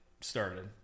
started